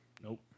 Nope